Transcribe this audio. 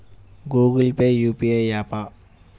Google Pay UPI య్యాపా?